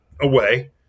away